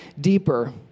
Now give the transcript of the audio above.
deeper